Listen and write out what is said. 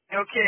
Okay